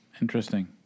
Interesting